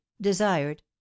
desired